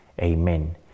amen